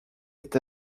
est